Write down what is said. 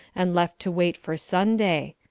and left to wait for sunday.